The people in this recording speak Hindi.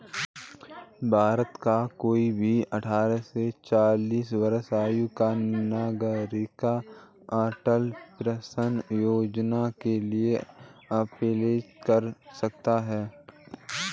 भारत का कोई भी अठारह से चालीस वर्ष आयु का नागरिक अटल पेंशन योजना के लिए अप्लाई कर सकता है